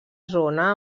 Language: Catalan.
zona